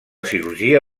cirurgia